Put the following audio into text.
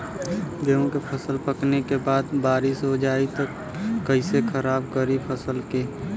गेहूँ के फसल पकने के बाद बारिश हो जाई त कइसे खराब करी फसल के?